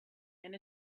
and